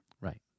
Right